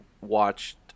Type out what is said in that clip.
watched